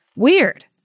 weird